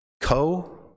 co